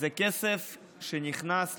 זה כסף שנכנס למשק,